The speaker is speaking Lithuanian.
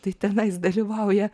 tai tenais dalyvauja